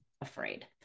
afraid